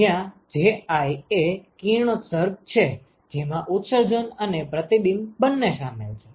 જ્યાં Ji એ કિરણોત્સર્ગ છે જેમાં ઉત્સર્જન અને પ્રતિબિંબ બંને શામેલ છે